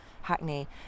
Hackney